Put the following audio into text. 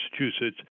Massachusetts